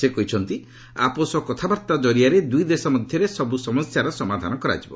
ସେ କହିଛନ୍ତି ଆପୋଷ କଥାବାର୍ତ୍ତା କରିଆରେ ଦୁଇଦେଶ ମଧ୍ୟରେ ସବୃ ସମସ୍ୟାର ସମାଧାନ କରାଯିବ